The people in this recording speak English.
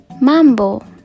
Mambo